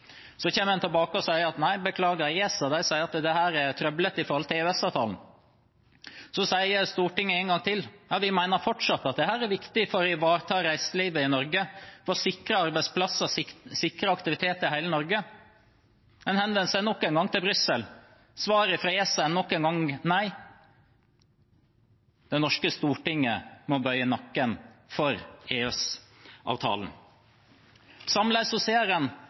Så kommer en tilbake og sier: Nei, beklager, ESA sier at dette er trøblete med tanke på EØS-avtalen. Så sier Stortinget én gang til: Vi mener fortsatt at dette er viktig for å ivareta reiselivet i Norge, sikre arbeidsplasser og sikre aktiviteten i hele Norge. Man henvendte seg nok en gang til Brussel. Svaret fra ESA var nok en gang nei. Det norske storting må bøye nakken for